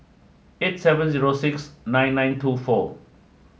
eight seven zero six nine nine two four